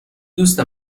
دوست